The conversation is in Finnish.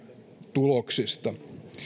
tuloksista